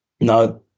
No